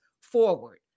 forward